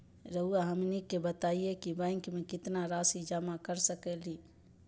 रहुआ हमनी के बताएं कि बैंक में कितना रासि जमा कर सके ली?